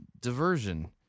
diversion